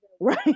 Right